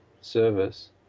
service